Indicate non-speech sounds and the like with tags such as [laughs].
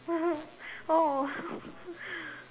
[laughs] oh [laughs]